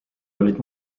olid